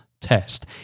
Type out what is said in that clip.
Test